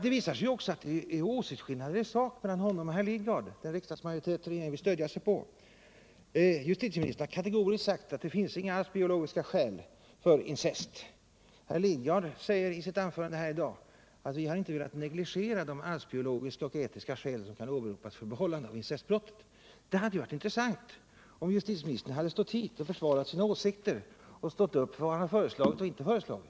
Det visar sig också att det finns åsiktsskillnader i sak mellan honom och herr Lidgard, den ståndpunkt som riksdagsmajoriteten vill stödja sig på. Justitieministern har kategoriskt sagt att det inte finns några arvsbiologiska skäl för att betrakta incest som ett brott. Herr Lidgard säger i sitt anförande i dag: Vi har inte velat negligera de arvsbiologiska och etiska skäl som kan åberopas för behållande av incestbrottet. Det hade varit intressant om justitieministern hade kommit hit och försvarat sina åsikter och stått upp för vad han har föreslagit och inte föreslagit.